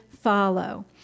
follow